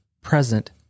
present